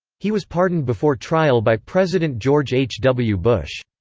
he was pardoned before trial by president george h. w. bush.